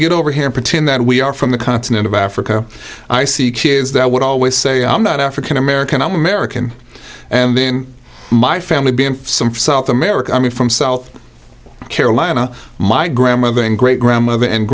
get over here pretend that we are from the continent of africa i see kids that would always say i'm not african american i'm american and in my family being some from south america i mean from south carolina my grandmother and great grandmother and